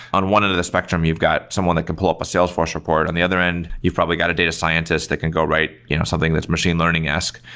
on one end of the spectrum, you've got someone that can pull up a salesforce report. on the other end, you've probably got a data scientist that can go right you know something that's machine learning-esk.